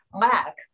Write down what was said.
lack